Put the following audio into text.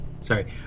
sorry